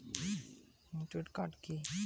Credit card কি?